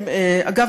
אגב,